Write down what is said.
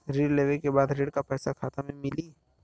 ऋण लेवे के बाद ऋण का पैसा खाता में मिली?